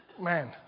man